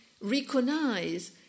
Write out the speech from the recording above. recognize